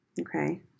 Okay